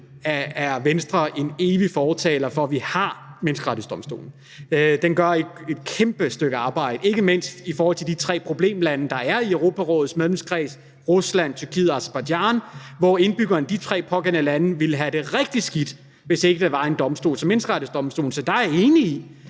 er Venstre en evig fortaler for, at vi har Menneskerettighedsdomstolen. Den gør et kæmpe stykke arbejde, ikke mindst i forhold til de tre problemlande, der er i Europarådets medlemskreds – Rusland, Tyrkiet, Aserbajdsjan – hvor indbyggerne ville have det rigtig skidt, hvis ikke der var en domstol som Menneskerettighedsdomstolen. Så der er jeg enig i,